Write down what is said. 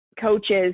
coaches